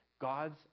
God's